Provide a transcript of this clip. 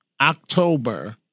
October